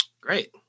Great